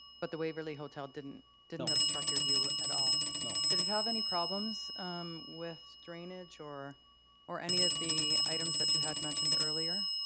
but the waverly hotel didn't didn't obstruct your view at all. no. did it have any problems with drainage or or any of the items that you had mentioned earlier?